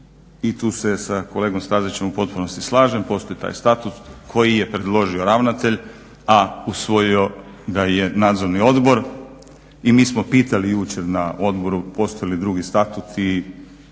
i tu se sa kolegom Stazićem potpuno slažem, postoji taj statut koji je predložio ravnatelj a usvojio ga je nadzorni odbor i mi smo pitali jučer na odboru postoji li drugi statut